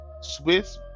Swiss